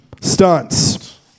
stunts